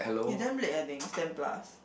you damn late I think it's ten plus